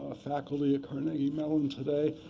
ah faculty at carnegie mellon today,